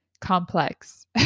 complex